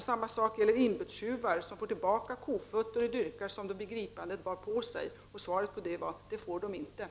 Samma sak gäller inbrottstjuvar som får tillbaka kofötter och dyrkar som de vid gripandet bar på sig. Våldsmän och tjuvar skickas således — enligt nu gällande lagstiftning — rakt ut i samhället fullt utrustade för nya brott. Anser statsrådet denna lagstiftning vara tillfredsställande? Om inte, vad avser statsrådet vidta för åtgärder?